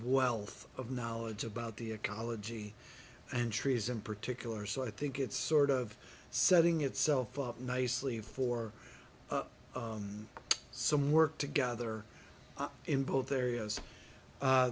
wealth of knowledge about the ecology and trees in particular so i think it's sort of setting itself up nicely for some work together in both areas